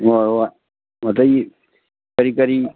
ꯍꯣꯏ ꯍꯣꯏ ꯀꯔꯤ ꯀꯔꯤꯅꯣ